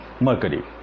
Mercury